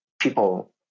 people